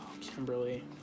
kimberly